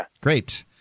Great